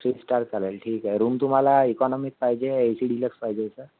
three star चालेल ठीक आहे रूम तुम्हाला इकॉनॉमिक पाहिजे ए सी डिलक्स पाहिजे सर